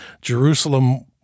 Jerusalem